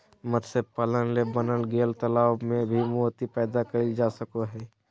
मत्स्य पालन ले बनाल गेल तालाब में भी मोती पैदा कइल जा सको हइ